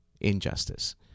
injustice